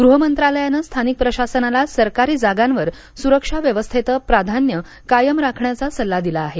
गृहनंत्रालयाने स्थानिक प्रशासनाला सरकारी जागांवर सुरक्षा व्यवस्थेचं प्राधान्य कायम राखण्याचा सल्ला दिला आहे